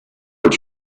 its